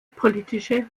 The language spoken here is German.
politische